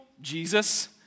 Jesus